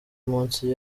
munsi